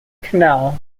canal